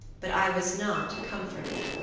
but i was not comforted,